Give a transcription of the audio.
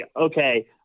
okay